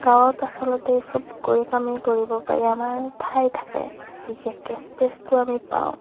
গাঁৱত আচলতে চব কৰি কামেই কৰিব পাৰি আমাৰ ঠাই থাকে বিশেষকৈ স্পেচটো আমি পাওঁ